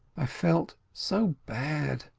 i felt so bad,